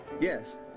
Yes